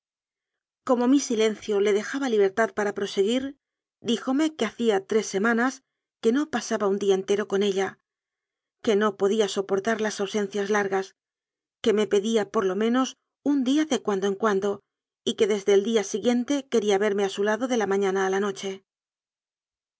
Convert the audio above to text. como mi silencio le dejaba libertad para proseguir díjome que hacía tres semanas que no pasaba un día entero con ella que no podía soportar las au sencias largas que me pedía por lo menos un día de cuando en cuando y que desde el día si guiente quería verme a su lado de la mañana a la noche